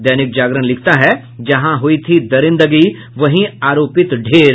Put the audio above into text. दैनिक जागरण लिखता है जहां हुयी थी दरिदंगी वहीं आरोपित ढेर